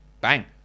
Bang